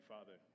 Father